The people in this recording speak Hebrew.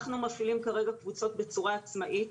אנחנו מפעילים כרגע קבוצות בצורה עצמאית,